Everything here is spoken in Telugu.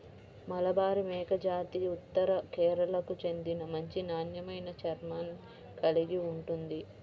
మలబారి మేకజాతి ఉత్తర కేరళకు చెందిన మంచి నాణ్యమైన చర్మాన్ని కలిగి ఉంటుంది